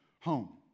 home